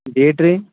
date ರೀ